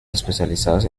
especializadas